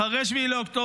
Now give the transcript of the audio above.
אחרי 7 באוקטובר,